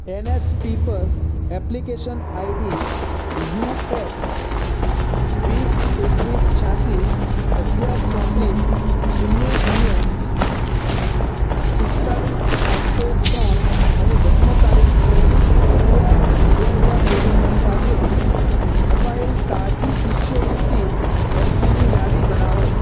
NSP પર application ID U X વીસ એકવીસ છ્યાસી અગિયાર ચોત્રીસ શૂન્ય શૂન્ય પિસ્તાલિસ છોત્તેર ત્રણ અને જન્મ તારીખ ત્રેવીસ અગિયાર બે હજાર ઓગણીસ સાથે અપાએલ તાજી શિષ્યવૃત્તિ અરજીની યાદી બનાવો